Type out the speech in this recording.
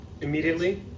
immediately